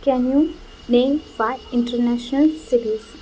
can you name five inter national cities